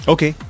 Okay